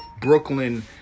Brooklyn